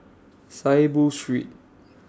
Saiboo Street